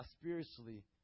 spiritually